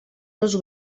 dos